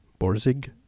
Borzig